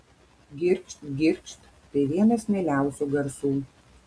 girgžt girgžt tai vienas mieliausių garsų